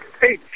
Hey